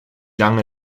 lange